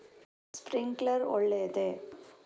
Sprinkler ಒಳ್ಳೇದೇ?